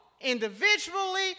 individually